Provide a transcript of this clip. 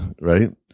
right